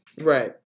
right